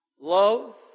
Love